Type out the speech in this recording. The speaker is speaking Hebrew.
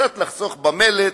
קצת לחסוך במלט,